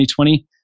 2020